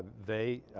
they